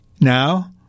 Now